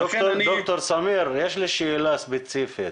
ד"ר סמיר, יש לי שאלה ספציפית,